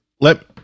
Let